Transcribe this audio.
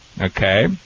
Okay